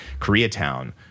Koreatown